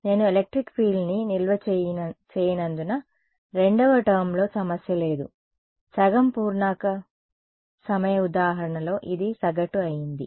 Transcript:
నేను ఎలక్ట్రిక్ ఫీల్డ్ని నిల్వ చేయనందున రెండవ టర్మ్లో సమస్య లేదు సగం పూర్ణాంక సమయ ఉదాహరణలో ఇది సగటు అయింది